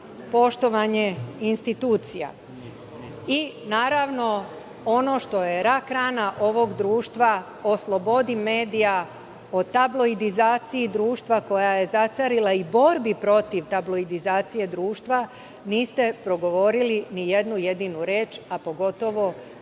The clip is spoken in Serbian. poštovanje institucija, i naravno, ono što je rak rana ovog društva, o slobodi medija, o tabloidizaciji društva koja je zacarila i borbi protiv tabloidizacije društva niste progovorili ni jednu jedinu reč, a pogotovo